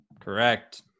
Correct